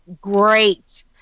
great